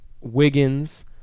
Wiggins